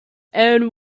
and